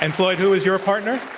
and floyd, who is your partner?